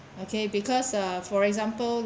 okay because uh for example